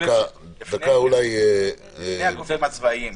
לפני הגופים הצבאיים,